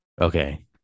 Okay